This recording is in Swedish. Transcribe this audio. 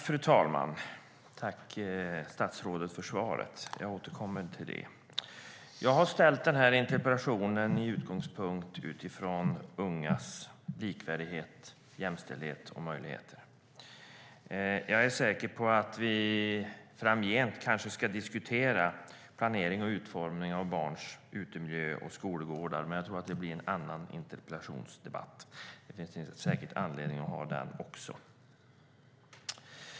Fru talman! Tack, statsrådet, för svaret! Jag återkommer till det. Jag har ställt den här interpellationen med utgångspunkt från ungas likvärdighet, jämställdhet och möjligheter. Jag är säker på att vi framgent kommer att diskutera planering och utformning av barns utemiljöer och skolgårdar, men jag tror att det blir en annan interpellationsdebatt. Det finns säkert anledning att ha den också.